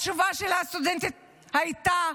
התשובה של הסטודנטית הייתה: